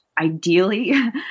Ideally